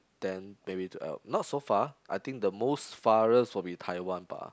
then maybe to uh not so far I think the most farthest will be Taiwan bah